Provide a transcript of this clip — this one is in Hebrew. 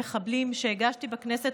במשך שנים ארוכות מדי שורר מצב